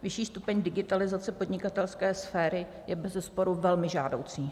Vyšší stupeň digitalizace podnikatelské sféry je bezesporu velmi žádoucí.